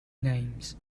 names